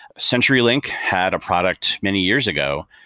centurylink had a product many years ago,